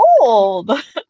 old